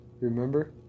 Remember